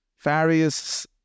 various